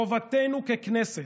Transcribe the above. חובתנו ככנסת,